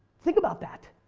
think about that.